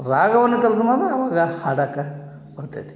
ರಾಗವನ್ನು ಕಲ್ತ್ರೆ ಮಾತ್ರ ಆವಾಗ ಹಾಡಾಕ ಬರ್ತೈತಿ